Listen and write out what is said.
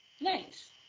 Nice